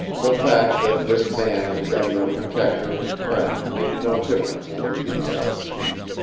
the fact that this man had been their protector and friend made no difference to the idiotic sheep.